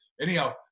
Anyhow